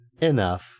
Enough